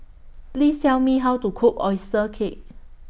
Please Tell Me How to Cook Oyster Cake